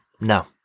no